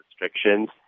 restrictions